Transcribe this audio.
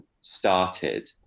started